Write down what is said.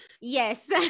Yes